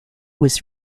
was